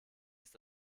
ist